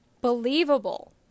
believable